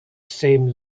same